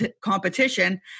competition